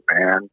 man